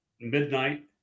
midnight